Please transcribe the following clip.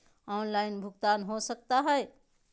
Online भुगतान हो सकता है?